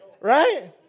Right